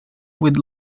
with